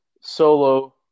Solo